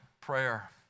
prayer